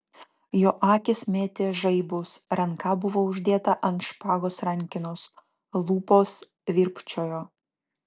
jo akys mėtė žaibus ranka buvo uždėta ant špagos rankenos lūpos virpčiojo